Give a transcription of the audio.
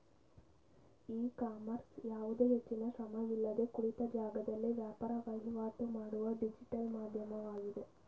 E commerce ಯಾವುದೇ ಹೆಚ್ಚಿನ ಶ್ರಮವಿಲ್ಲದೆ ಕುಳಿತ ಜಾಗದಲ್ಲೇ ವ್ಯಾಪಾರ ವಹಿವಾಟು ಮಾಡುವ ಡಿಜಿಟಲ್ ಮಾಧ್ಯಮವಾಗಿದೆ